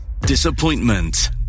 disappointment